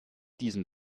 diesem